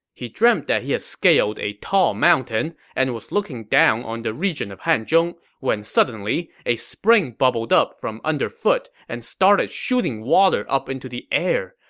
he dreamt that he had scaled a tall mountain and was looking down on the region of hanzhong when suddenly, a spring bubbled up from underfoot and started shooting water up into the air.